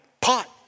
Pot